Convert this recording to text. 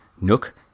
Nook